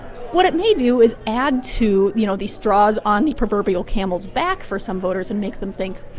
what it may do is add to, you know, the straws on the proverbial camel's back for some voters and make them think,